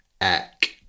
Eck